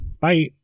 Bye